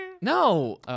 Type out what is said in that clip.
no